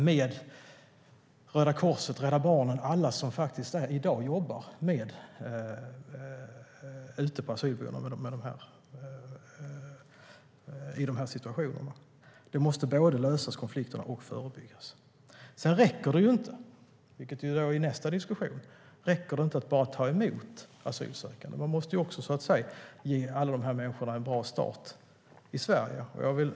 Det gäller Röda Korset, Rädda Barnen och alla som i dag jobbar ute på asylboendena i de här situationerna. Konflikter måste både lösas och förebyggas. Men det räcker inte - vilket är nästa diskussion - att bara ta emot asylsökande. Man måste också ge alla de här människorna en bra start i Sverige.